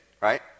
right